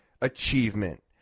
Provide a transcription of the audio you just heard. achievement